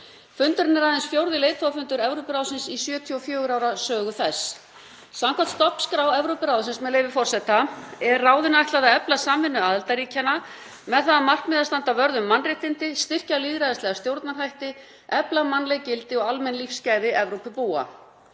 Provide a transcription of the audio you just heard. Fundurinn er aðeins fjórði leiðtogafundur Evrópuráðsins í 74 ára sögu þess. Samkvæmt stofnskrá Evrópuráðsins er ráðinu ætlað að efla samvinnu aðildarríkjanna með það að markmiði að standa vörð um mannréttindi, styrkja lýðræðislega stjórnarhætti, efla mannleg gildi og almenn lífsgæði Evrópubúa.